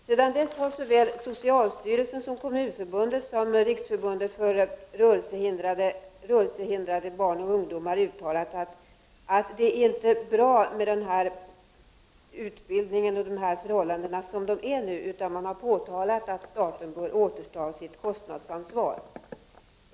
Sedan dess har såväl socialstyrelsen som Kommunförbundet och Riksförbundet för rörelsehindrade barn och ungdomar uttalat att rådande förhållanden inte är bra. Man har påtalat att staten bör återta sitt kostnadsansvar.